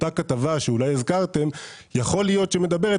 כי אותה כתבה שאולי הזכרתם יכול להיות שמדברת